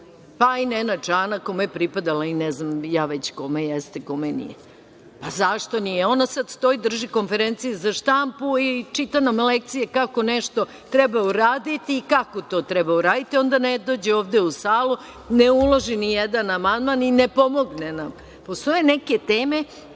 Pa i Nenad Čanak kome je pripadala i ne znam već kome jeste kome nije. Zašto nije? Ona sada stoji da drži konferencije za štampu i čita nam lekcije kako nešto treba uraditi i kako to treba uraditi, onda ne dođe ovde u salu, ne uloži ni jedan amandman i ne pomogne nam. Postoje neke teme